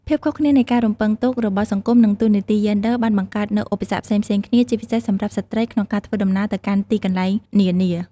ភាពខុសគ្នានៃការរំពឹងទុករបស់សង្គមនិងតួនាទីយេនដ័របានបង្កើតនូវឧបសគ្គផ្សេងៗគ្នា ជាពិសេសសម្រាប់ស្ត្រីក្នុងការធ្វើដំណើរទៅកាន់ទីកន្លែងនានា។